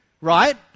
right